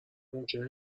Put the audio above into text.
ممکنه